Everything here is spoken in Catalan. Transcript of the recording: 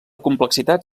complexitat